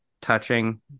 touching